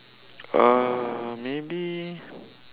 uh maybe